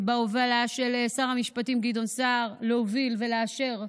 בהובלה של שר המשפטים גדעון סער, להוביל ולאשר,